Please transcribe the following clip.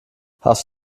hast